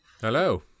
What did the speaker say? Hello